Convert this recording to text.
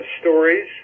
stories